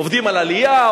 עובדים על עלייה,